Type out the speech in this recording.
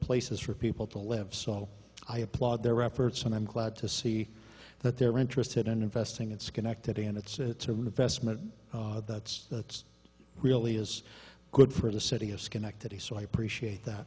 places for people to live so i applaud their efforts and i'm glad to see that they're interested in investing in schenectady and it's a real investment that's that's really is good for the city of schenectady so i appreciate that